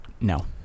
no